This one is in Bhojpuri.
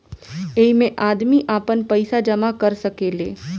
ऐइमे आदमी आपन पईसा जमा कर सकेले